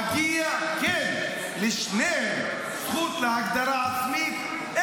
ומגיעה, כן, לשניהם, הזכות להגדרה עצמית.